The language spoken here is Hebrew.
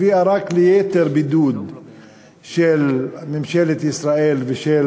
הביאה רק ליתר בידוד של ממשלת ישראל ושל